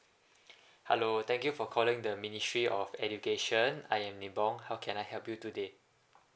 hello thank you for calling the ministry of education I am nibong how can I help you today